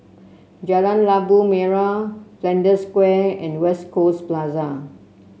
Jalan Labu Merah Flanders Square and West Coast Plaza